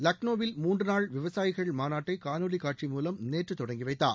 லக்னோவில் மூன்று நாள் விவசாயிகள் மாநாட்டை காணொலி காட்சி மூவம் நேற்று தொடங்கி வைத்தார்